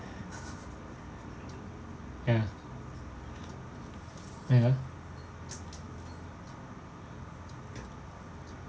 ya ya